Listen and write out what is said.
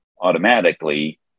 automatically